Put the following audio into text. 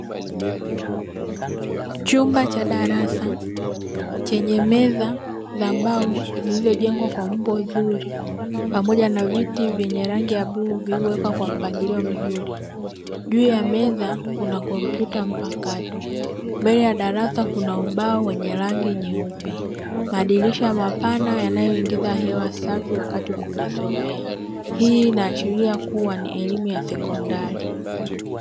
Chumba cha darasa chenye meza za mbao ziliyojengwa kwa umbo zuri, pamoja na viti vyenye rangi ya bluu vilivyowekwa kwa mpangilio mzuri, juu ya meza kuna kompyuta mpakato, mbele ya darasa kuna ubao wenye rangi nyeupe, madirisha mapana yanayoingiza hewa safi wakati wa kujisomea, hii inaashiria kuwa ni elimu ya sekondari.